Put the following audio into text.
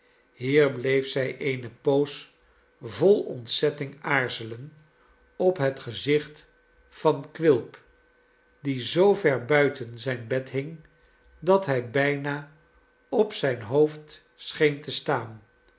hier bleef zij eene poos vol ontzetting aarzelen op het gezicht van quilp die zoover buiten zijn bed hing dat hij bijna op zijn hoofd scheen te staan